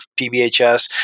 PBHS